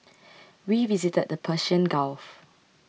we visited the Persian Gulf